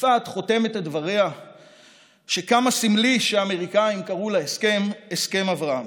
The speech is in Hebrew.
יפעת חותמת את דבריה שכמה סמלי שהאמריקאים קראו להסכם "הסכם אברהם".